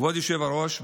כבוד היושב-ראש,